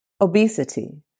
obesity